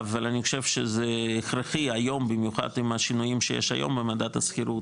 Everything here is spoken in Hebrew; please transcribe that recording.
אבל אני חושב שזה הכרחי היום במיוחד עם השינויים עם מדד השכירות,